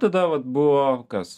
tada vat buvo kas